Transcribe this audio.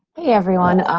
hey everyone,